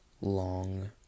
long